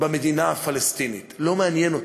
במדינה הפלסטינית, לא מעניין אותי.